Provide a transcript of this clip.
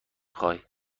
خوایی